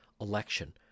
election